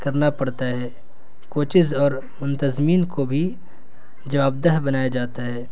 کرنا پڑتا ہے کوچز اور منتظمین کو بھی جوابدہ بنایا جاتا ہے